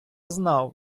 знав